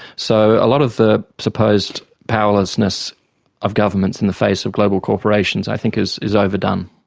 so a lot of the proposed powerlessness of governments in the face of global corporations i think is is overdone.